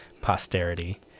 posterity